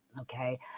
Okay